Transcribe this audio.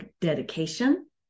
dedication